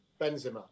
Benzema